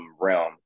realm